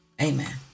Amen